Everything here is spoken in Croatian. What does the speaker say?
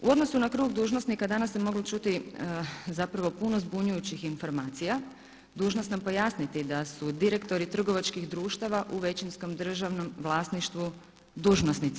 U odnosu na krug dužnosnika danas ste mogli čuli zapravo puno zbunjujućih informacija, dužna sam pojasniti da si direktori trgovačkih društava u većinskom državnom vlasništvu dužnosnici.